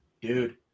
dude